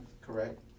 correct